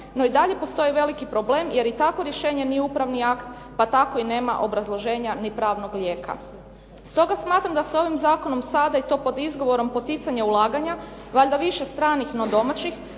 no i dalje postoji veliki problem jer i takvo rješenje nije upravni akt, pa tako i nema obrazloženja ni pravnog lijeka. Stoga smatram da se ovim zakonom sada i to pod izgovorom poticanja ulaganja valjda više stranih no domaćih